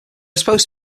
supposed